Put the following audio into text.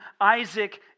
Isaac